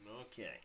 Okay